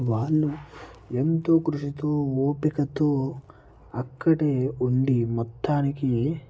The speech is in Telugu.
వాళ్ళు ఎంతో కృషితో ఓపికతో అక్కడే ఉండి మొత్తానికి